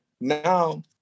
now